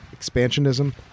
expansionism